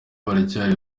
baracyari